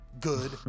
good